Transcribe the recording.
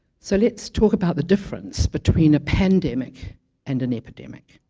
so let's talk about the difference between a pandemic and an epidemic